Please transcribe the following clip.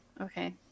Okay